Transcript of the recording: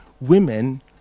Women